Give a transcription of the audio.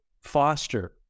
foster